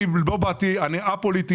אני א-פוליטי.